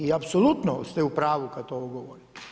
I apsolutno ste u pravu kad to govorim.